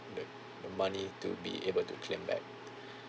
the the money to be able to claim back